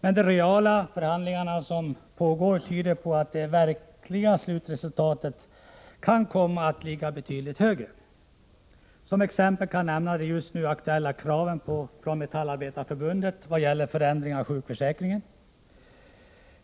men de reella förhandlingarna som pågår tyder på att det verkliga slutresultatet kan komma att ligga betydligt högre. Som exempel kan nämnas de just nu aktuella kraven från Metallindustriarbetareförbundet i vad gäller förändringen av sjukförsäkringen.